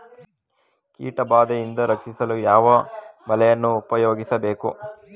ಕೀಟಬಾದೆಯಿಂದ ರಕ್ಷಿಸಲು ಯಾವ ಬಲೆಯನ್ನು ಉಪಯೋಗಿಸಬೇಕು?